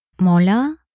mola